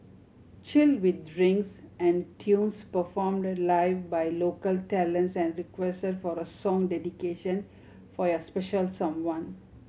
chill with drinks and tunes performed live by local talents and request for a song dedication for your special someone